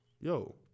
yo